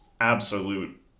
absolute